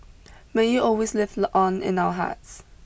may you always live on in our hearts